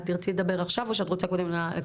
את תרצי לדבר עכשיו או שאת רוצה קודם להקשיב?